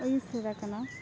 ᱟᱹᱭᱩ ᱥᱮᱵᱟ ᱠᱟᱱᱟ